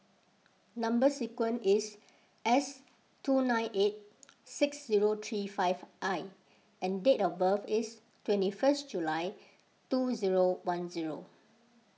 Number Sequence is S two nine eight six zero three five I and date of birth is twenty first July two zero one zero